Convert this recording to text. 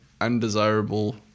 undesirable